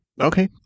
Okay